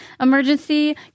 emergency